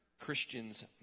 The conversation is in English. Christian's